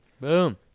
Boom